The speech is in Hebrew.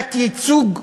תת-ייצוג נמוך,